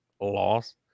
loss